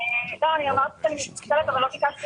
כל פעם לבקש מחדש?